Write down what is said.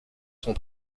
sont